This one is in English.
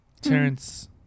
Terrence